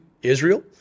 Israel